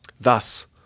Thus